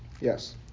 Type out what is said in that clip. yes